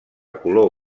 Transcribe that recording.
color